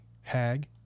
hag